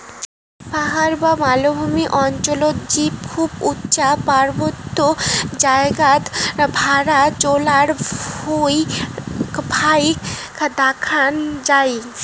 পাহাড় বা মালভূমি অঞ্চলত জীব খুব উচা পার্বত্য জাগাত ভ্যাড়া চরার ভুঁই ফাইক দ্যাখ্যাং যাই